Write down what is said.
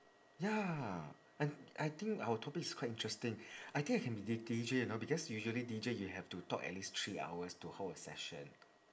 ya I I think our topics is quite interesting I think I can be D D_J you know because usually D_J you have to talk at least three hours to hold a session